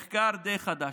מחקר די חדש.